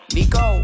Nico